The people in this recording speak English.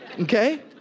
okay